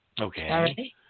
Okay